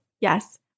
Yes